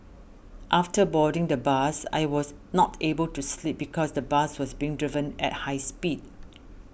after boarding the bus I was not able to sleep because the bus was being driven at high speed